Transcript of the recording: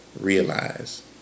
realize